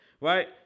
Right